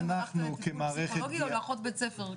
אם הלכת לטיפול פסיכולוגי או לאחות בית ספר.